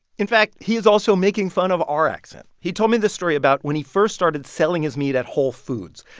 in fact, he is also making fun of our accent. he told me this story about when he first started selling his meat at whole foods.